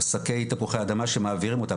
או שקי תפוחי אדמה שמעבירים אותם,